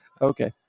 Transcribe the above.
okay